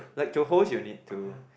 like to host you need to